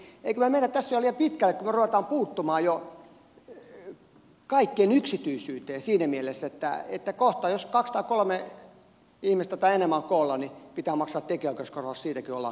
emmekö me mene tässä jo liian pitkälle kun me rupeamme puuttumaan jo kaikkien yksityisyyteen siinä mielessä että kohta jos kaksi tai kolme ihmistä tai enemmän on koolla pitää maksaa tekijänoikeuskorvaus siitäkin kun ollaan kokoontuneena yhteen